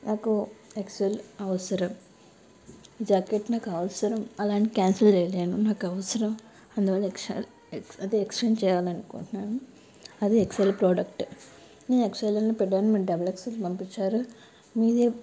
నాకు ఎక్స్ఎల్ అవసరం ఈ జాకెట్ నాకు అవసరం అలా అని క్యాన్సిల్ చేయలేను నాకు అవసరం అందువల్ల ఎక్స్ఎల్ అదే ఎక్స్చేంజ్ చేయాలి అనుకుంటున్నాను అది ఎక్స్ఎల్ ప్రాడక్ట్ నేను ఎక్స్ఎల్ అనే పెట్టాను మీరు డబుల్ ఎక్స్ఎల్ పంపించారు మీదే